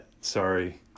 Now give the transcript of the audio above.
Sorry